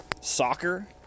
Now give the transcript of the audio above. soccer